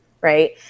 Right